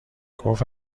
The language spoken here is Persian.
گفت